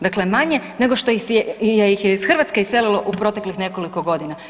Dakle, manje nego što ih je iz Hrvatske iselilo u proteklih nekoliko godina.